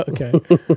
Okay